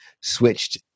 switched